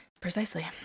Precisely